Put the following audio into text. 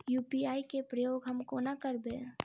UPI केँ प्रयोग हम कोना करबे?